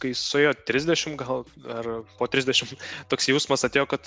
kai suėjo trisdešim gal ar po trisdešim toks jausmas atėjo kad